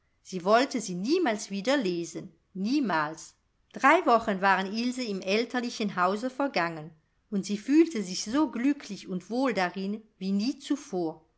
sie wollte sie niemals wieder lesen niemals drei wochen waren ilse im elterlichen hause vergangen und sie fühlte sich so glücklich und wohl darin wie nie zuvor